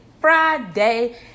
Friday